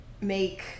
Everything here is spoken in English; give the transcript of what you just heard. make